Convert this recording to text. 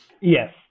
Yes